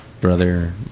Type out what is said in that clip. brother